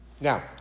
Now